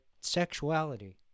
sexuality